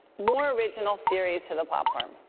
more original series to the platform.